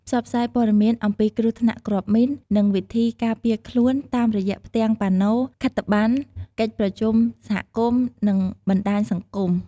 ផ្សព្វផ្សាយព័ត៌មានអំពីគ្រោះថ្នាក់គ្រាប់មីន និងវិធីការពារខ្លួនតាមរយៈផ្ទាំងប៉ាណូ ខិត្តប័ណ្ណ កិច្ចប្រជុំសហគមន៍ និងបណ្ដាញសង្គម។